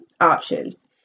options